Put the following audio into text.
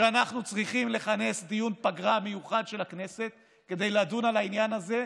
שאנחנו צריכים לכנס דיון פגרה מיוחד של הכנסת כדי לדון על העניין הזה.